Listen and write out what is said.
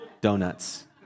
Donuts